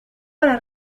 para